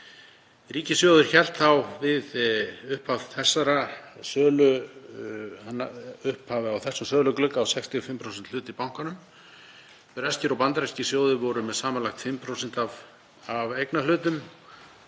Ríkissjóður hélt þá, við upphaf þessa söluglugga núna, á 65% hlut í bankanum. Breskir og bandarískir sjóðir voru með samanlagt 5% af eignarhlutum